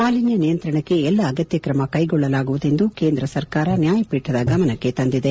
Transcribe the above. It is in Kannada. ಮಾಲಿನ್ಯ ನಿಯಂತ್ರಣಕ್ಕೆ ಎಲ್ಲ ಅಗತ್ಯ ಕ್ರಮ ಕೈಗೊಳ್ಳಲಾಗುವುದು ಎಂದು ಕೇಂದ್ರ ಸರ್ಕಾರ ನ್ಯಾಯಪೀಠದ ಗಮನಕ್ಕೆ ತಂದಿದೆ